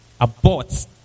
abort